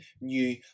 new